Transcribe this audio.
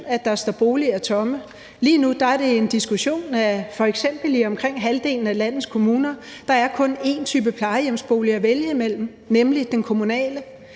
at der står boliger tomme – lige nu er det en diskussion, at der f.eks. i omkring halvdelen af landets kommuner kun er én type plejehjemsboliger at vælge imellem, nemlig den kommunale.